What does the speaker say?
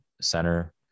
center